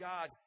God